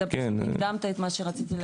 אתה הקדמת את מה שרציתי להגיד.